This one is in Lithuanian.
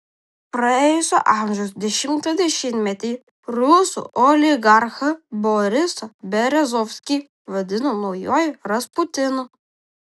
praėjusio amžiaus dešimtą dešimtmetį rusų oligarchą borisą berezovskį vadino naujuoju rasputinu